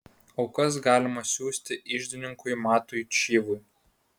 aukas galima siųsti iždininkui matui čyvui